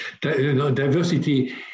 Diversity